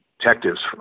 detectives